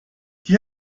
die